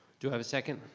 do i have a second?